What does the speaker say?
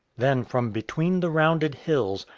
then from between the rounded hills,